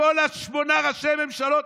מכל שמונת ראשי הממשלות,